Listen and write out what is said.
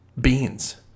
beans